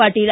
Patil